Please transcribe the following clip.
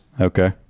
Okay